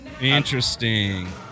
Interesting